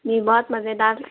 جی بہت مزے دار